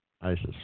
ISIS